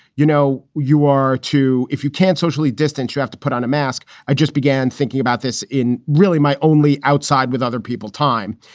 you know, you are too. if you can't socially distance, you have to put on a mask. i just began thinking about this in really my only outside with other people time.